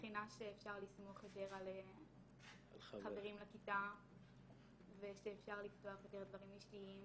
מבחינה שאפשר לסמוך יותר על חברים לכיתה ושאפשר לפתוח יותר דברים אישיים